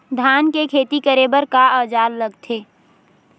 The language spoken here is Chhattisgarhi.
धान के खेती करे बर का औजार लगथे?